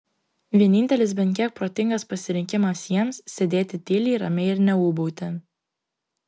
vienintelis bent kiek protingas pasirinkimas jiems sėdėti tyliai ramiai ir neūbauti